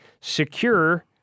secure